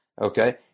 okay